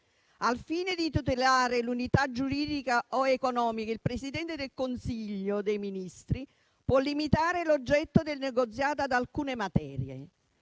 al fine di tutelare l'unità giuridica o economica, il Presidente del Consiglio dei ministri può limitare l'oggetto del negoziato ad alcune materie.